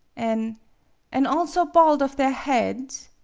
an' an' also bald of their head?